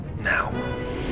now